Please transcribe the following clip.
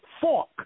fork